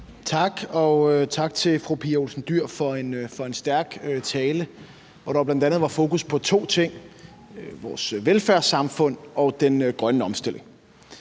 Tak. Og tak til fru Pia Olsen Dyhr for en stærk tale, hvor der bl.a. var fokus på to ting: vores velfærdssamfund og den grønne omstilling.